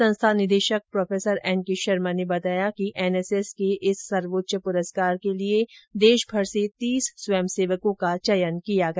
संस्था निर्देशक professor N K Sharma ने बताया कि एनएसएस के इस सर्वोच्च पुरस्कार के लिये देशभर से तीस स्वयंसेवकों का चयन किया गया